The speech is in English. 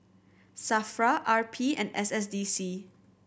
SAFRA R P and S S D C